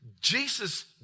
Jesus